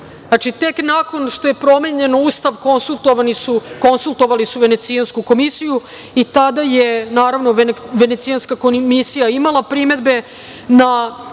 znači tek nakon što je promenjen Ustav konsultovali su Venecijansku komisiju i tada je naravno Venecijanska komisija imala primedbe na